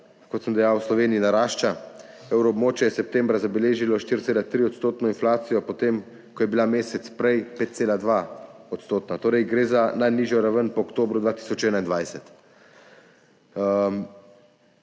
kot sem dejal, v Sloveniji narašča. Evroobmočje je septembra zabeležilo 4,3-odstotno inflacijo, potem ko je bila mesec prej 5,2-odstotna. Torej, gre za najnižjo raven po oktobru 2021.